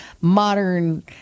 modern